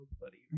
Buddy